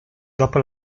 dopo